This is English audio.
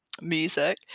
music